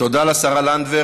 תודה לשרה לנדבר.